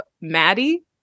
Maddie